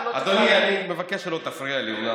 אתה לא צריך, אדוני, אני מבקש שלא תפריע לי.